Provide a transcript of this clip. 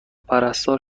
پرستار